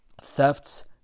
thefts